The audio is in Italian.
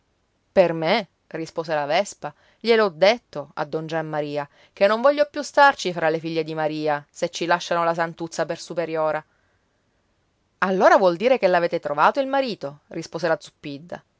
per me rispose la vespa gliel'ho detto a don giammaria che non voglio più starci fra le figlie di maria se ci lasciano la santuzza per superiora allora vuol dire che l'avete trovato il marito rispose la